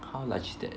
how much is that